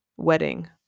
wedding